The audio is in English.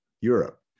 Europe